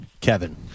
Kevin